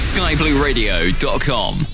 Skyblueradio.com